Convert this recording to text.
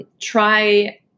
Try